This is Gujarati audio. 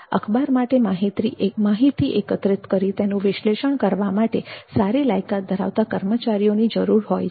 અખબાર માટે માહિતી એકત્રિત કરી તેનું વિશ્લેષણ કરવા માટે સારી લાયકાત ધરાવતાં કર્મચારીઓની જરૂર હોય છે